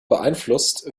beeinflusst